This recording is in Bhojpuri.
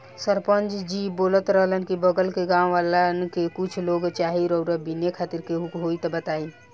सरपंच जी बोलत रहलन की बगल के गाँव वालन के कुछ लोग चाही रुआ बिने खातिर केहू होइ त बतईह